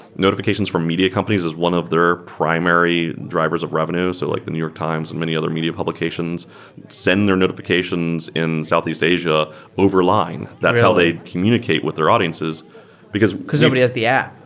notifications for media companies is one of their primary drivers of revenue, so like the new york times and many other media publications send their notifications in southeast asia over line. that's how they communicate with their audiences because because nobody has the app.